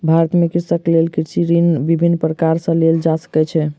भारत में कृषकक लेल कृषि ऋण विभिन्न प्रकार सॅ लेल जा सकै छै